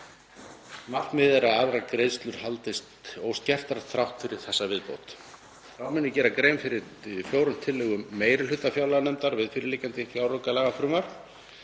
Markmiðið er að aðrar greiðslur haldist óskertar þrátt fyrir þessa viðbót. Þá mun ég gera grein fyrir fjórum tillögum meiri hluta fjárlaganefndar við fyrirliggjandi fjáraukalagafrumvarp.